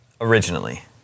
Originally